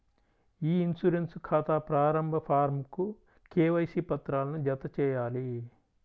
ఇ insurance ఖాతా ప్రారంభ ఫారమ్కు కేవైసీ పత్రాలను జతచేయాలి